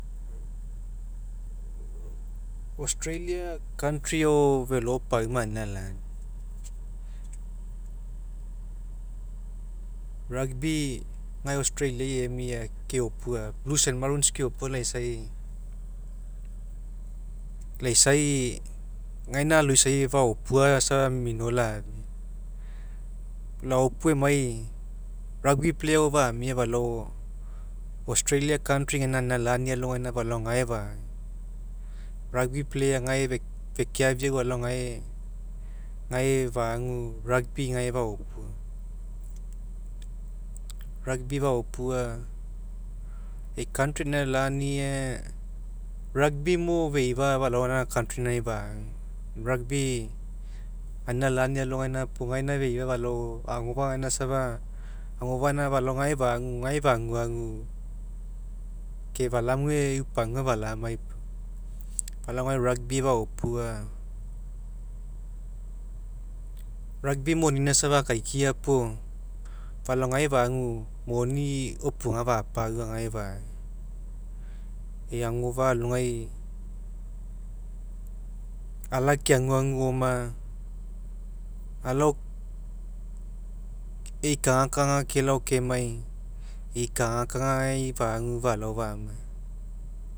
Australia country ao felo pauma anina lani rugby gae australia'i emia keopua blues and maroons keopua laisai. Laisai gaina aloisai faopua safe mino lafia laopua emai rugby player ao famia falao australia country gaina anina lani alogaina falao gae fagu. Rugby player gae fekeafiau falao gae fagu rugby gae faopua. Rugby faopua kai country gaina anina lani aga rugby mo feufa falao gaina country alogai fagu. Rugby anina lani alogaina puo gaina feifa falao agofa'a gaina isa agofa'a gaina falao gae fagu gae faguagu ke falamue e'u pagua falamai pugu. Falao gae rugby faopua. Rugby monina safa akaikiai puo falao gae fagu moni opuaga fapa'au gae fagu. E'i agofa'a ala keaguagy on aalao e'i kagakaga kelao kemai e'i kagakagai fagu falao famai.